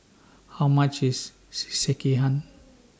How much IS Sekihan